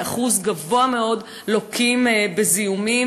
באחוז גבוה מאוד לוקים בזיהומים.